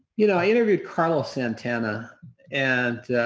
you know, i interviewed carlos santana and